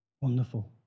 Wonderful